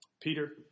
Peter